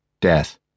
death